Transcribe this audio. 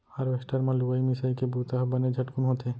harvester म लुवई मिंसइ के बुंता ह बने झटकुन होथे